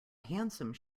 handsome